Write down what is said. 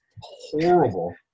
horrible